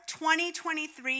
2023